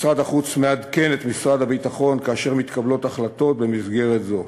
משרד החוץ מעדכן את משרד הביטחון כאשר מתקבלות החלטות במסגרת זו.